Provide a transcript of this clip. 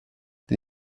die